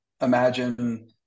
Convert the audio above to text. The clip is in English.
imagine